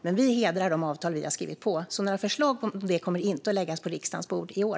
Men vi hedrar de avtal som vi har skrivit på, så några förslag om detta kommer inte att läggas på riksdagens bord i år.